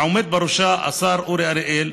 שעומד בראשה השר אורי אריאל,